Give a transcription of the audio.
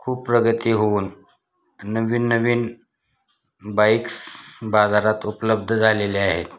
खूप प्रगती होऊन नवीन नवीन बाईक्स बाजारात उपलब्ध झालेले आहेत